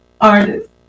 Artist